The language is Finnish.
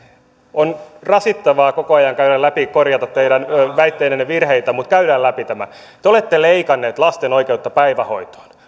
on rasittavaa koko ajan käydä läpi ja korjata teidän väitteidenne virheitä mutta käydään läpi tämä te olette leikanneet lasten oikeutta päivähoitoon